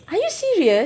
are you serious